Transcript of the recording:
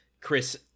chris